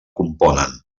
componen